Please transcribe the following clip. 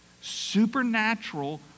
supernatural